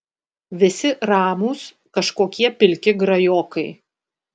visi ramūs kažkokie pilki grajokai